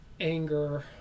anger